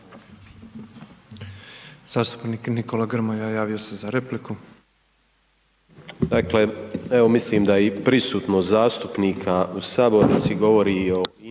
Zastupnik Nikola Grmoja javio se za repliku.